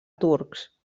turcs